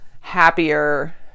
happier